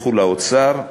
לכו לאוצר.